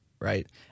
right